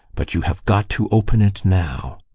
but you have got to open it now!